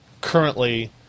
currently